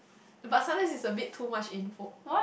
but sometimes is a bit too much info